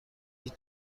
هیچ